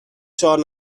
چهار